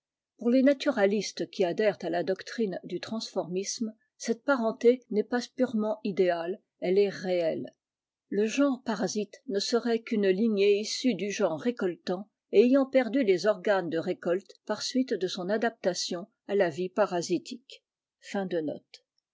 pour les naturaes qui adhèrent à la doctrine du transformisme cette enté n'est pas purement idéale elle est réelle le genre aite ne serait qu'une lignée issue du genre récoltant et nt perdu les organes de récolte i ar suite de son adaptaa à la vie parasi